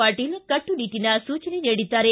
ಪಾಟೀಲ ಕಟ್ಟುನಿಟ್ಟಿನ ಸೂಚನೆ ನೀಡಿದ್ದಾರೆ